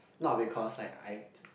not because like I just